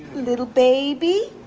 little baby,